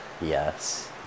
yes